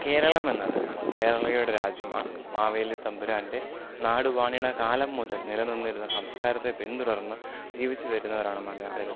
കേരളം എന്നത് കേരളീയരുടെ രാജ്യമാണ് മാവേലി തമ്പുരാൻ്റെ നാട് വാണിടുണ കാലം മുതൽ നില നിന്നിരുന്ന സംസ്കാരത്തെ പിന്തുടർന്ന് ജീവിച്ച് വരുന്നവരാണ് മലയാളികൾ